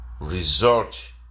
resort